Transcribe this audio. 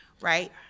right